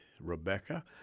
Rebecca